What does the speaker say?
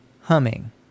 humming